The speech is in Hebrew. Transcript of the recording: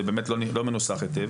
זה באמת לא מנוסח היטב,